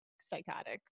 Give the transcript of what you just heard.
psychotic